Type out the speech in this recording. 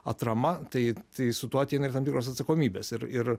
atrama tai tai su tuo ateina ir tam tikros atsakomybės ir ir